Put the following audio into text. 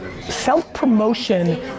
Self-promotion